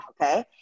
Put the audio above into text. okay